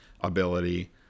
ability